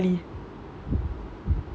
ah தெரியுதா தெரியுதா:theriyuthaa theriyuthaa